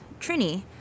Trini